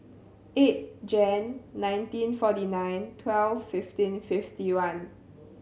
eight Jan nineteen forty nine twelve fifteen fifty one